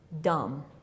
dumb